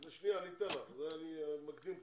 אני אתן לך, אני מקדים קצת.